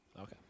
Okay